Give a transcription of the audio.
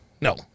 No